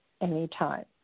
anytime